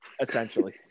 Essentially